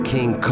King